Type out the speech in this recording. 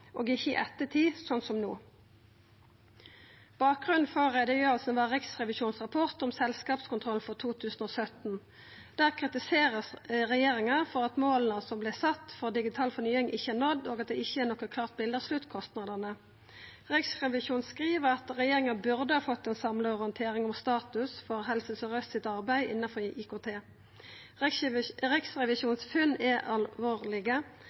og ikkje i ettertid, slik som no. Bakgrunnen for utgreiinga var Riksrevisjonens rapport om selskapskontroll for 2017. Der vert regjeringa kritisert for at måla som vart sette for digital fornying, ikkje er nådd, og at det ikkje er noko klart bilete av sluttkostnadene. Riksrevisjonen skriv at «Stortinget burde ha fått en samlet orientering om status» for Helse Sør-Austs arbeid innanfor IKT. Funna til Riksrevisjonen er alvorlege,